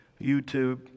youtube